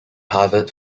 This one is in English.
harvard